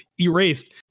erased